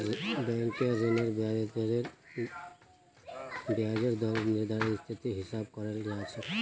बैंकेर ऋनेर ब्याजेर दरेर निर्धानरेर स्थितिर हिसाब स कराल जा छेक